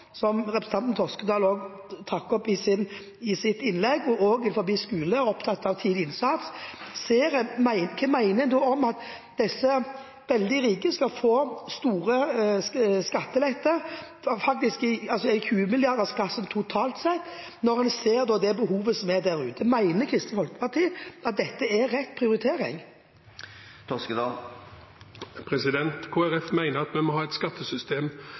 også representanten Toskedal tok opp i sitt innlegg, og innen skole, der en er opptatt av tidlig innsats – hva mener en da om at disse veldig rike skal få så store skatteletter, totalt sett i 20 milliardersklassen, når en ser det behovet som er der ute? Mener Kristelig Folkeparti at dette er rett prioritering? Kristelig Folkeparti mener at vi må ha et skattesystem